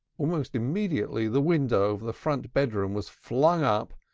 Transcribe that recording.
almost immediately the window of the front bedroom was flung up,